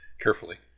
carefully